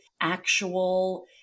actual